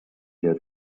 heard